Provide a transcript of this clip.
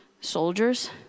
soldiers